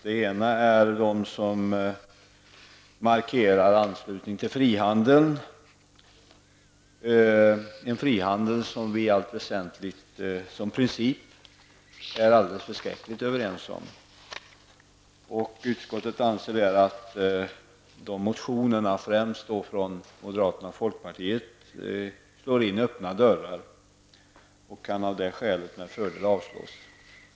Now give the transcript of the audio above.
Den ena gruppen markerar anslutning till frihandel -- något vi i princip är alldeles förskräckligt överens om. Utskottet anser att dessa motioner, främst från moderaterna och folkpartiet, slår in öppna dörrar och utskottet kan av detta skäl med fördel avstyrka dem.